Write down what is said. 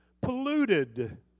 polluted